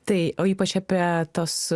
tai o ypač apie tuos